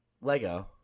lego